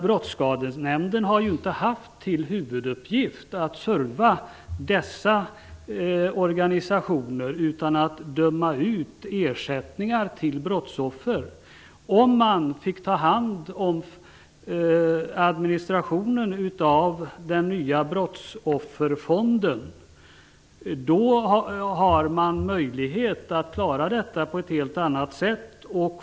Brottsskadenämnden har ju inte haft till huvuduppgift att ge dessa organisationer service utan att döma ut ersättningar till brottsoffer. Om man fick ta hand om administrationen av den nya brottsofferfonden skulle man ha möjlighet att klara detta på ett helt annat sätt.